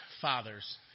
fathers